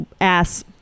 ass